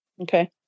Okay